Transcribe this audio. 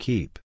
Keep